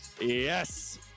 yes